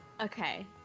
Okay